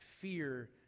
fear